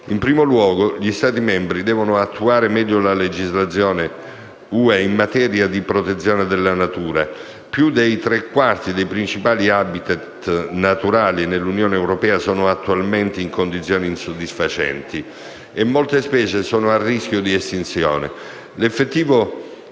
In primo luogo, gli Stati membri devono attuare meglio la legislazione europea in materia di protezione della natura. Più dei tre quarti dei principali *habitat* naturali nell'UE sono attualmente in condizioni insoddisfacenti, e molte specie sono a rischio di estinzione.